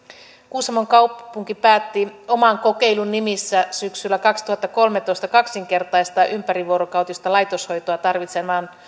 kuusamon kaupunki päätti oman kokeilun nimissä syksyllä kaksituhattakolmetoista kaksinkertaistaa ympärivuorokautista laitoshoitoa tarvitsevaa